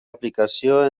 aplicació